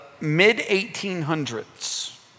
mid-1800s